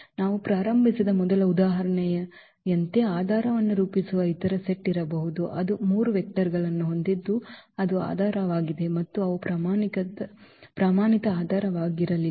ನಾವು ಪ್ರಾರಂಭಿಸಿದ ಮೊದಲ ಉದಾಹರಣೆಯ ಉದಾಹರಣೆಯಂತೆ ಆಧಾರವನ್ನು ರೂಪಿಸುವ ಇತರ ಸೆಟ್ ಇರಬಹುದು ಅದು ಆ 3 ವೆಕ್ಟರ್ ಗಳನ್ನು ಹೊಂದಿದ್ದು ಅದು ಆಧಾರವಾಗಿದೆ ಮತ್ತು ಅವು ಪ್ರಮಾಣಿತ ಆಧಾರವಾಗಿರಲಿಲ್ಲ